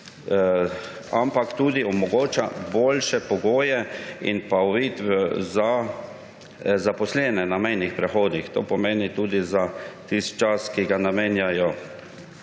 ampak tudi, da se omogočajo boljši pogoji in uvid za zaposlene na mejnih prehodih. To pomeni tudi za tisti čas, ki ga namenjajo